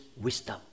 wisdom